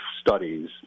studies